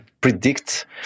predict